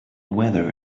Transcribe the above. weather